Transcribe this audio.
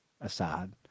Assad